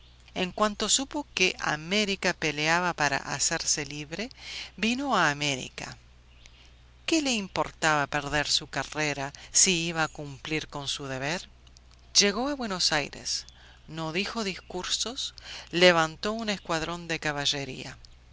en cuanto supo que américa peleaba para hacerse libre vino a américa qué le importaba perder su carrera si iba a cumplir con su deber llegó a buenos aires no dijo discursos levantó un escuadrón de caballería